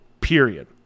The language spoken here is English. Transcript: period